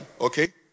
okay